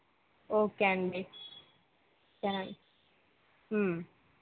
okay అండి చాల